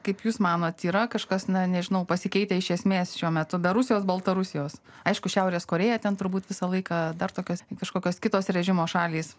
kaip jūs manote yra kažkas na nežinau pasikeitę iš esmės šiuo metu be rusijos baltarusijos aišku šiaurės korėja ten turbūt visą laiką dar tokios kažkokios kitos režimo šalys